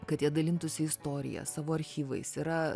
kad jie dalintųsi istorija savo archyvais yra